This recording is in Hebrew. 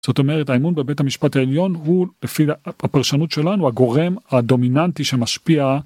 זאת אומרת האמון בבית המשפט העליון הוא לפי הפרשנות שלנו הגורם הדומיננטי שמשפיע